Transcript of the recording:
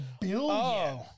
billion